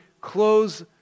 close